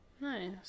Nice